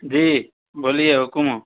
جی بولیے حکم ہو